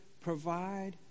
provide